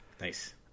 Nice